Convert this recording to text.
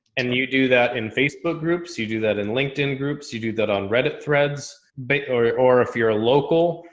and you do that in facebook groups. you do that in linkedin groups, you do that on reddit threads but or, or if you're a local,